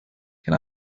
can